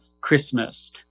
Christmas